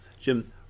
Jim